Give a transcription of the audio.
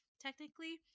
technically –